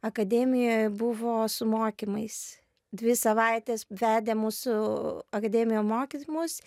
akademijoje buvo su mokymais dvi savaites vedė mūsų akademijoj mokymus